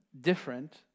different